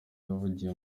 yavugiye